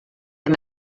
amb